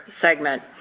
segment